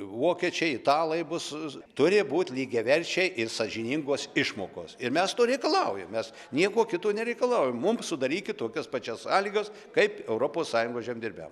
vokiečiai italai bus turi būt lygiaverčiai ir sąžiningos išmokos ir mes to reikalaujam mes nieko kito nereikalaujam mum sudarykit tokias pačias sąlygas kaip europos sąjungos žemdirbiam